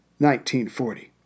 1940